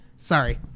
Sorry